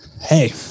hey